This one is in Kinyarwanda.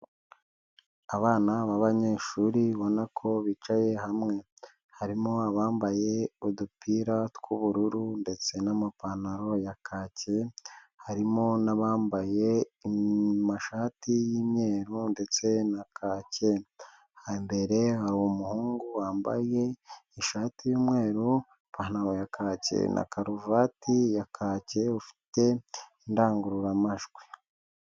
Abana b'abanyeshuri babona ko bicaye hamwe. Harimo abambaye udupira tw'ubururu ndetse n'amapantaro ya kake. Harimo n'abambaye amashati y'imyeru ndetse na kake. Imbere hari umuhungu wambaye ishati y'umweru, ipantaro ya kacyi na karuvati ya kacye, ufite indangururamajwi.